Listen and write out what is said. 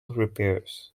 repairs